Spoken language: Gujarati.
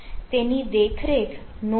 તેની દેખરેખ નોવા દ્વારા થાય છે